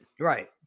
Right